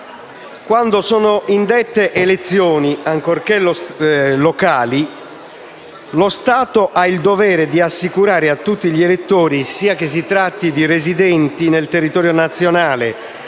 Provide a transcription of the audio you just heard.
Quando sono indette elezioni, ancorché locali, lo Stato ha il dovere di assicurare a tutti gli elettori (che si tratti sia di residenti nel territorio nazionale,